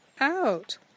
out